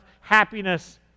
happiness